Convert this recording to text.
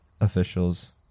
officials